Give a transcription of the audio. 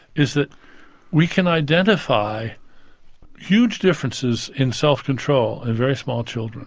is that we can identify huge differences in self-control in very small children